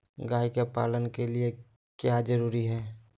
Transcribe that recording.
गाय के पालन के लिए क्या जरूरी है?